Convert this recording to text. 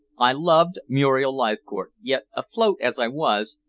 i loved muriel leithcourt, yet, afloat as i was,